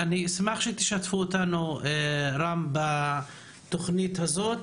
אני אשמח שתשתפו אותנו בתוכנית הזאת.